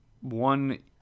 one